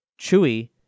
Chewie